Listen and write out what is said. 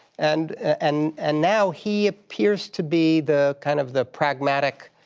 and and and now he appears to be the kind of the pragmatic